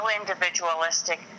individualistic